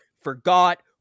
forgot